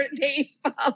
baseball